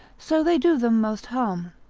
so they do them most harm.